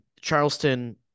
Charleston